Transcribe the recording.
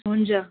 हुन्छ